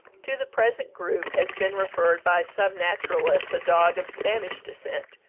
to the present group has been referred by some naturalists a dog of spanish descent,